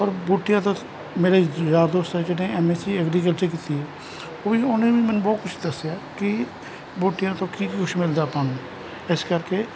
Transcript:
ਔਰ ਬੂਟਿਆਂ ਤੋਂ ਦਾ ਮੇਰੇ ਯਾਰ ਦੋਸਤ ਹੈ ਜਿਹੜੇ ਐਮ ਐਸ ਸੀ ਐਗਰੀਕਲਚਰ ਕੀਤੀ ਹੈ ਉਹਨੇ ਵੀ ਮੈਨੂੰ ਬਹੁਤ ਕੁਛ ਦਸਿਆ ਹੈ ਕਿ ਬੂਟਿਆਂ ਤੋਂ ਕੀ ਕੁਛ ਮਿਲਦਾ ਆਪਾਂ ਨੂੰ ਇਸ ਕਰਕੇ